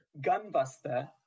Gunbuster